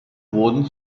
wurden